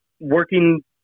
Working